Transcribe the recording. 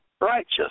righteous